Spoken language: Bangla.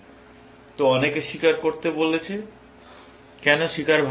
তো অনেকে স্বীকার করতে বলেছে কেন স্বীকার ভাল